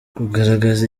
kugaragaza